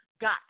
got